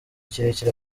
kirekire